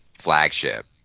flagship